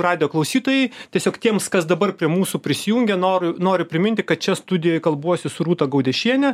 radijo klausytojai tiesiog tiems kas dabar prie mūsų prisijungė noru noriu priminti kad čia studijoj kalbuosi su rūta gaudiešiene